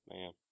Man